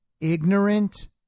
ignorant